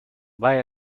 buy